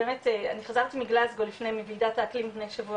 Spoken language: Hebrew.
באמת אני חזרתי מגלזגו מוועידת האקלים לפני שבוע